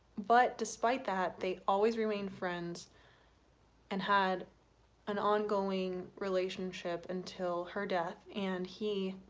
but despite that they always remain friends and had an ongoing relationship until her death and he